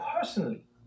personally